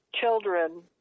children